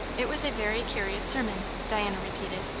it was a very curious sermon, diana repeated.